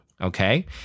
okay